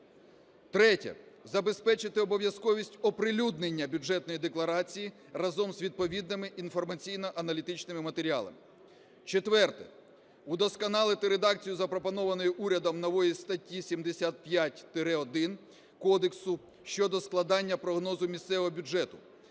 Третє. Забезпечити обов'язковість оприлюднення Бюджетної декларації разом з відповідними інформаційно-аналітичними матеріалами. Четверте. Удосконалити редакцію, запропонованої урядом, нової статті 75-1 кодексу щодо складення прогнозу місцевого бюджету,